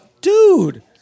Dude